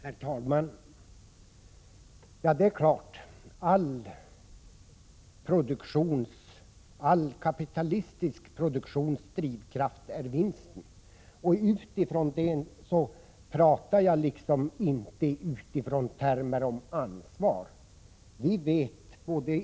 Herr talman! Det är klart att all kapitalistisk produktions drivkraft är vinsten. Jag pratar inte nu utifrån termer om ansvar.